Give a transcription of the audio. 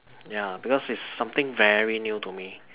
ya because its something very new to me